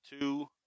two